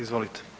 Izvolite.